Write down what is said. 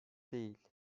değil